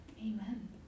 Amen